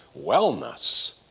wellness